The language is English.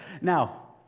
Now